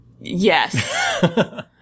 Yes